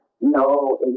no